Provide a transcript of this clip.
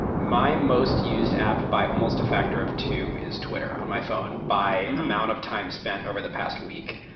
my most used app by almost a factor of two is twitter on my phone by the amount of time spent over the past week.